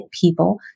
people